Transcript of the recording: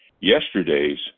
yesterday's